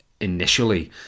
initially